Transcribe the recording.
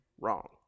wrong